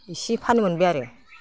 इसे फाननो मोनबाय आरो